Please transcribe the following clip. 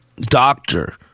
doctor